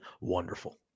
wonderful